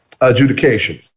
adjudication